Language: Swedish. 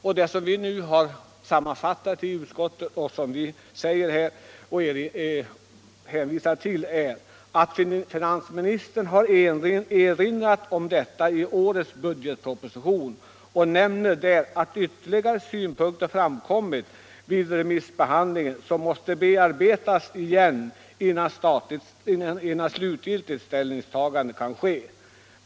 Utskottet hänvisar i sitt betänkande till att finansministern i årets budgetproposition erinrar om dessa utredningsförslag och därvid nämner att det vid remissbehandlingen har framkommit ytterligare synpunkter som måste bearbetas före ett slutgiltigt ställningstagande.